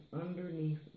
underneath